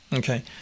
Okay